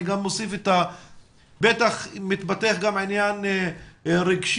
אני גם מוסיף שבטח מתפתח גם עניין רגשי-טיפולי,